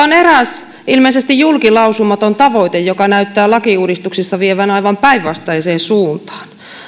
on eräs ilmeisesti julkilausumaton tavoite joka näyttää lakiuudistuksissa vievän aivan päinvastaiseen suuntaan